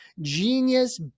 genius